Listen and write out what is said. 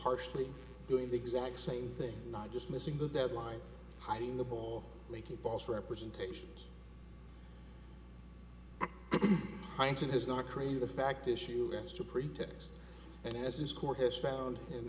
harshly doing the exact same thing not just missing the deadline hiding the ball making false representations heinsohn has not created a fact issue as to pretext and as this court has found in